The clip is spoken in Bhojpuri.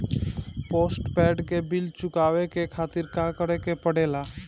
पोस्टपैड के बिल चुकावे के कहवा खातिर का करे के पड़ें ला?